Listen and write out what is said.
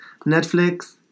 Netflix